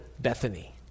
Bethany